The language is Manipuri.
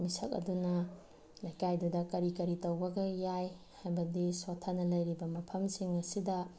ꯃꯤꯁꯛ ꯑꯗꯨꯅ ꯂꯩꯀꯥꯏꯗꯨꯗ ꯀꯔꯤ ꯀꯔꯤ ꯇꯧꯕꯈꯩ ꯌꯥꯏ ꯍꯥꯏꯕꯗꯤ ꯁꯣꯠꯊꯅ ꯂꯩꯔꯤꯕ ꯃꯐꯝꯁꯤꯡ ꯑꯁꯤꯗ